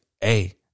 hey